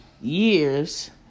years